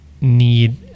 need